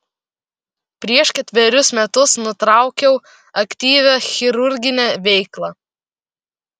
prieš ketverius metus nutraukiau aktyvią chirurginę veiklą